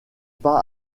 pas